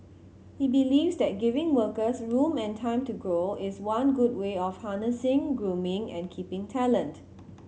he believes that giving workers room and time to grow is one good way of harnessing grooming and keeping talent